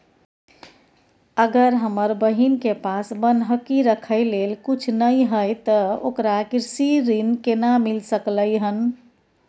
अगर हमर बहिन के पास बन्हकी रखय लेल कुछ नय हय त ओकरा कृषि ऋण केना मिल सकलय हन?